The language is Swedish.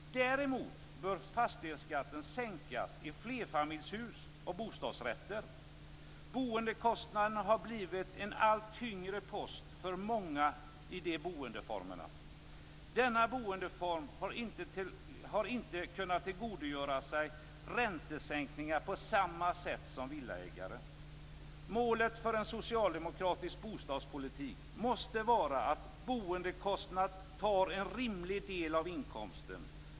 Däremot bör fastighetsskatten sänkas för flerfamiljshus och bostadsrätter. Boendekostnaden har blivit en allt tyngre post för många i de boendeformerna. De har inte kunnat tillgodogöra sig räntesänkningar på samma sätt som villaägare. Målet för en socialdemokratisk bostadspolitik måste vara att boendekostnaden skall ta en rimlig del av inkomsten.